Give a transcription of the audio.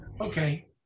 okay